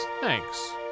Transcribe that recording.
Thanks